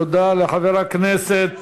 תודה לחבר הכנסת,